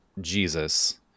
Jesus